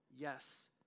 Yes